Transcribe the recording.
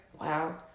Wow